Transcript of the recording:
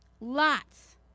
lots